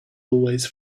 always